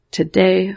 today